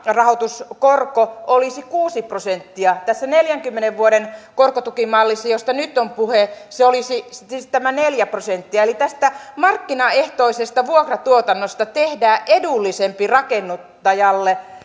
omarahoituskorko olisi kuusi prosenttia tässä neljänkymmenen vuoden korkotukimallissa josta nyt on puhe se olisi tämä neljä prosenttia eli tästä markkinaehtoisesta vuokratuotannosta tehdään edullisempi rakennuttajalle